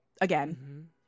again